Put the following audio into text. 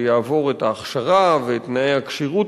שיעבור את ההכשרה ואת תנאי הכשירות